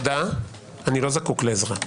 איני זקוק לעזרה.